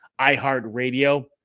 iHeartRadio